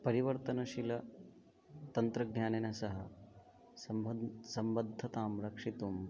परिवर्तनशीलतन्त्रज्ञानेन सह सम्बन्धः सम्बद्धतां रक्षितुं